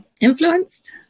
influenced